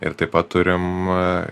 ir taip pat turim